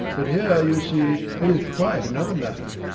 but here, you see, it is quite another matter.